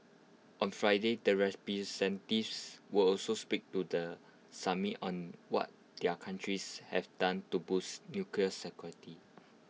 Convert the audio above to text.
on Friday the will also speak to the summit on what their countries have done to boost nuclear security